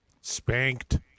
Spanked